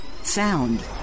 sound